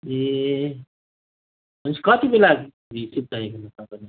ए भन्योपछि कति बेला चाहिँ चाहिएको तपाईँलाई